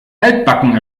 altbacken